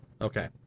Okay